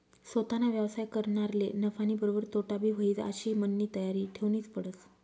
सोताना व्यवसाय करनारले नफानीबरोबर तोटाबी व्हयी आशी मननी तयारी ठेवनीच पडस